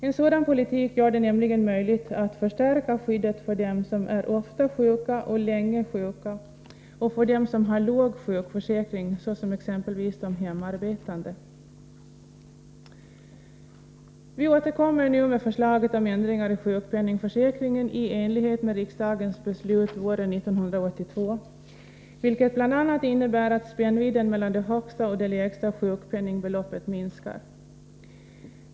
En sådan politik gör det nämligen möjligt att förstärka skyddet för dem som är sjuka ofta, för dem som är sjuka länge och för dem som har låg sjukförsäkring, såsom exempelvis de hemarbetande. Vi återkommer nu med förslaget om ändringar i sjukpenningförsäkringen i enlighet med riksdagens beslut våren 1982, vilket bl.a. innebär att spännvidden mellan det högsta och det lägsta sjukpenningbeloppet minskar.